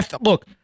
look